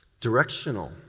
Directional